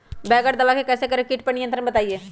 बगैर दवा के कैसे करें कीट पर नियंत्रण बताइए?